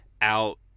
out